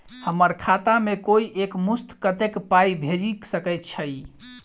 हम्मर खाता मे कोइ एक मुस्त कत्तेक पाई भेजि सकय छई?